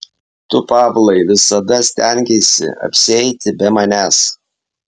tu pavlai visada stengeisi apsieiti be manęs